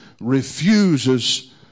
refuses